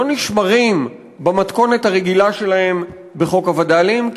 לא נשמרים במתכונת הרגילה שלהם בחוק הווד"לים,